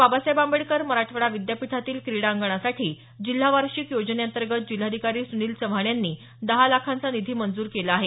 बाबासाहेब आंबेडकर मराठवाडा विद्यापीठातील क्रीडांगणासाठी जिल्हा वार्षिक योजनेतंर्गत जिल्हाधिकारी सुनील चव्हाण यांनी दहा लाखांचा निधी मंजूर केला आहे